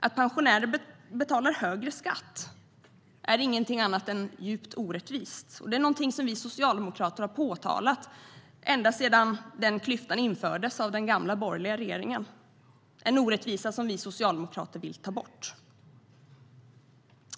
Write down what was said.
Att pensionärer betalar högre skatt är ingenting annat än djupt orättvist och något som vi socialdemokrater har påtalat ända sedan den klyftan infördes av den gamla borgerliga regeringen - en orättvisa vi socialdemokrater vill ta bort.